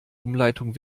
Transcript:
umleitung